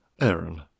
Aaron